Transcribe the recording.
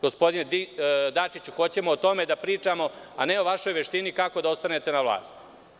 Gospodine Dačiću, hoćemo o tome da pričamo a ne o vašoj veštini kako da ostanete na vlasti.